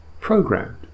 programmed